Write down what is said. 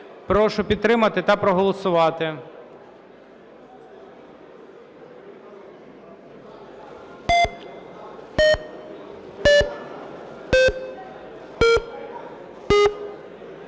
Прошу підтримати та проголосувати.